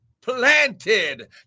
planted